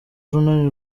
urunani